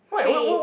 three